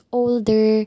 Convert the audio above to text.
older